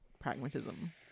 pragmatism